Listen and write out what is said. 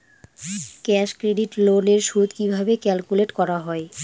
Cash credit loan এর সুদ কিভাবে ক্যালকুলেট করা হয়?